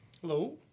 Hello